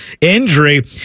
injury